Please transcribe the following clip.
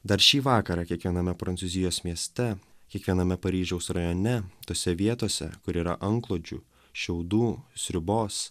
dar šį vakarą kiekviename prancūzijos mieste kiekviename paryžiaus rajone tose vietose kur yra antklodžių šiaudų sriubos